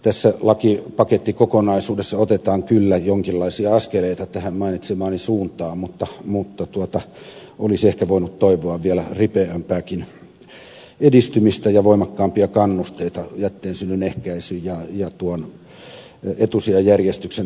tässä lakipakettikokonaisuudessa otetaan kyllä jonkinlaisia askeleita tähän mainitsemaani suuntaan mutta olisi ehkä voinut toivoa vielä ripeämpääkin edistymistä ja voimakkaampia kannusteita jätteen synnyn ehkäisyyn ja tuon etusijajärjestyksen toteutumisen suuntaan